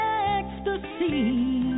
ecstasy